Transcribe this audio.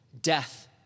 Death